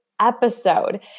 episode